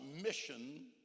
mission